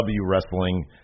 wrestling